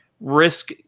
risk